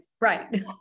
Right